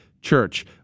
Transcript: Church